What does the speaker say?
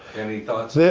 any thought so yeah